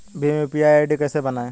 Bhim UPI ID कैसे बनाएं?